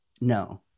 no